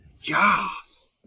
Yes